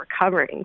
recovering